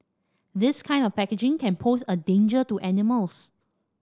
this kind of packaging can pose a danger to animals